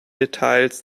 details